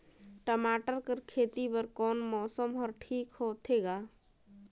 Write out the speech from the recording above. टमाटर कर खेती बर कोन मौसम हर ठीक होथे ग?